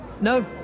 No